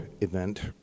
event